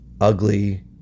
ugly